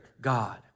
God